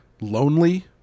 lonely